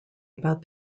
about